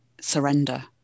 surrender